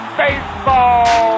baseball